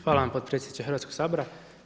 Hvala vam potpredsjedniče Hrvatskog sabora.